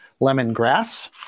lemongrass